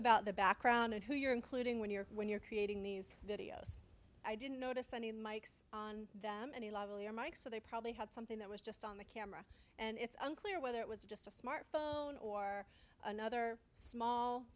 the background of who you're including when you're when you're creating these videos i didn't notice any mikes on them any level your mikes so they probably had something that was just on the camera and it's unclear whether it was just a smart phone or another small